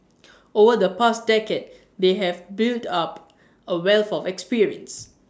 over the past decade they have built up A wealth of experience